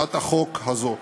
להצעת החוק הזאת.